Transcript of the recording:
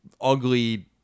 ugly